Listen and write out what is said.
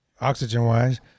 oxygen-wise